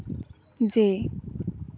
ᱡᱮ